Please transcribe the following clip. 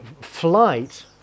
flight